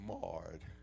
marred